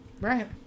right